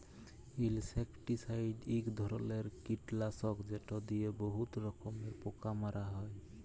insecticide ইক ধরলের কিটলাসক যেট লিয়ে বহুত রকমের পোকা মারা হ্যয়